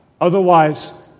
Otherwise